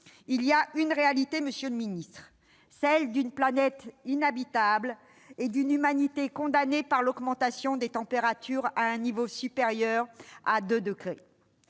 il y a une réalité, celle d'une planète inhabitable et d'une humanité condamnée par l'augmentation des températures à un niveau supérieur à 2 degrés.